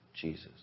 Jesus